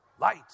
Light